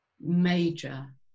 major